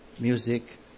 music